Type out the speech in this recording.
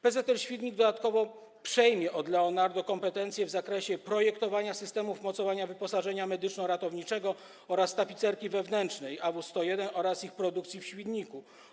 PZL-Świdnik dodatkowo przejmie od Leonardo kompetencje w zakresie projektowania systemów mocowania wyposażenia medyczno-ratowniczego oraz tapicerki wewnętrznej AW101 oraz ich produkcji w Świdniku.